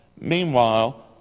Meanwhile